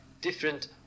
different